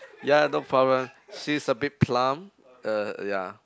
ya no problem she is a bit plump uh ya